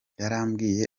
yarambwiye